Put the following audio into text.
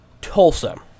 Tulsa